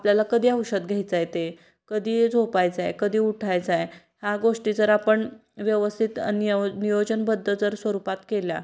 आपल्याला कधी औषध घ्यायचं आहे ते कधी झोपायचं आहे कधी उठायचं आहे ह्या गोष्टी जर आपण व्यवस्थित निय नियोजनबद्ध जर स्वरूपात केल्या